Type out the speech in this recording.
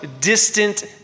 distant